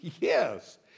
Yes